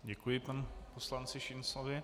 Děkuji panu poslanci Šinclovi.